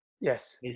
Yes